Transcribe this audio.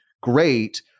great